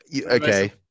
okay